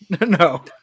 No